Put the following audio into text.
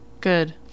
Good